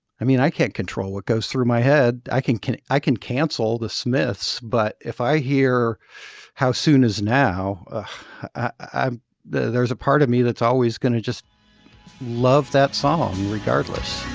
i mean i can't control what goes through my head. i can can i can cancel the smiths but if i hear how soon as now i there's a part of me that's always going to just love that song regardless.